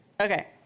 Okay